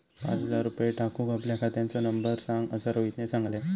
पाच हजार रुपये टाकूक आपल्या खात्याचो नंबर सांग असा रोहितने सांगितल्यान